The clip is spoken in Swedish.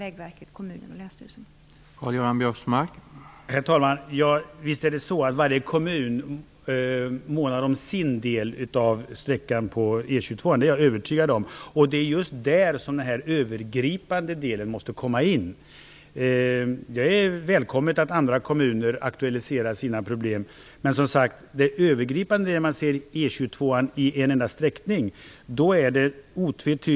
Vägverket, kommunen och länsstyrelsen har kontinuerliga kontakter om detta.